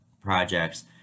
projects